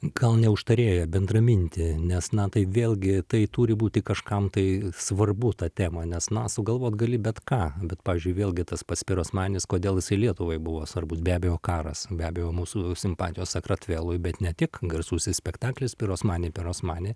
gal ne užtarėją bendramintį nes na tai vėlgi tai turi būti kažkam tai svarbu tą temą nes na sugalvot gali bet ką bet pavyzdžiui vėlgi tas pats pirosmanis kodėl jisai lietuvai buvo svarbus be abejo karas be abejo mūsų simpatijos sakratvelui bet ne tik garsusis spektaklis pirosmani pirosmani